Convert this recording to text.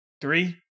three